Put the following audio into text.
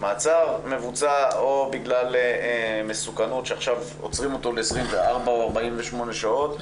מבוצע או בגלל מסוכנות שעכשיו עוצרים אותו ל-24 או 48 שעות,